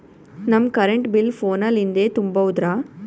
ನಮ್ current bill ಫೋನ ಲಿಂದೇ ತುಂಬೌದ್ರಾ?